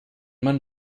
man